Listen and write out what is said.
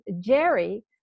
Jerry